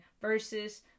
versus